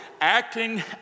Acting